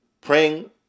praying